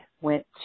went